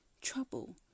trouble